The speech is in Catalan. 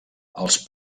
els